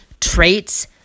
traits